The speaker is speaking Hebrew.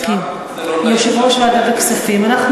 אגב, הוועדה הזאת קמה בעקבות החלטת בג"ץ, אבל